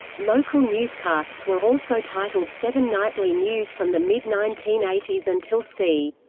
local newscasts were also titled seven nightly news from the mid nineteen eighty s until c.